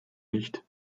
nicht